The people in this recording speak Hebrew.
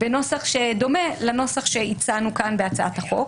בנוסח שדומה לנוסח שהצענו כאן בהצעת החוק.